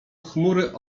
chmury